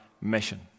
mission